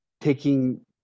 taking